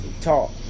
talk